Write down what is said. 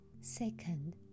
Second